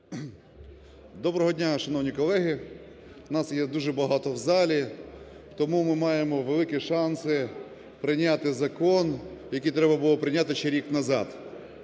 Доброго дня, шановні колеги. Нас є дуже багато в залі, тому ми маємо великі шанси прийняти закон, який треба було прийняти ще рік назад.